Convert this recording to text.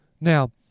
now